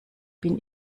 bin